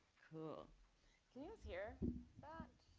cool, can you guys hear that?